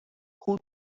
who